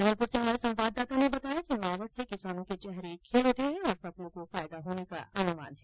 धौलपुर से हमारे संवाददाता ने बताया कि मावठ से किसानों के चेहरे खिल उठे हैं और फसलों को फायदा होने का अनुमान है